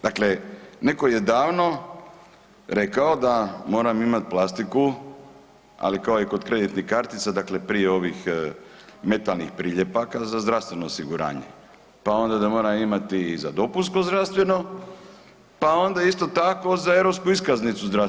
Dakle, neko je davno rekao da moram imat plastiku, ali kao i kod kreditnih kartica, dakle prije ovih metalnih priljepaka, za zdravstveno osiguranje, pa onda da moram imati i za dopunsko zdravstveno, pa onda isto tako za europsku iskaznicu za zdravstvenu.